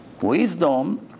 Wisdom